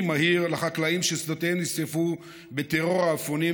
מהיר לחקלאים ששדותיהם נשרפו בטרור העפיפונים,